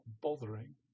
bothering